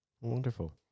Wonderful